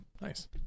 nice